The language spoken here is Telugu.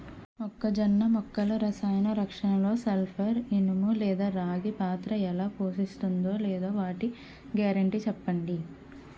మొక్కజొన్న మొక్కల రసాయన రక్షణలో సల్పర్, ఇనుము లేదా రాగి పాత్ర ఎలా పోషిస్తుందో లేదా వాటి గ్యారంటీ చెప్పండి